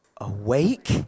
awake